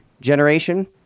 generation